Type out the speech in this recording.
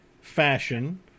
fashion